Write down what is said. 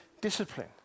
discipline